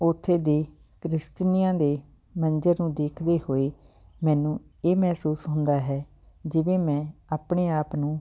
ਉੱਥੇ ਦੀ ਦ੍ਰਿਸ਼ਟੀਆਂ ਦੇ ਮੰਜ਼ਰ ਨੂੰ ਦੇਖਦੇ ਹੋਏ ਮੈਨੂੰ ਇਹ ਮਹਿਸੂਸ ਹੁੰਦਾ ਹੈ ਜਿਵੇਂ ਮੈਂ ਆਪਣੇ ਆਪ ਨੂੰ